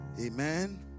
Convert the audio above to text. amen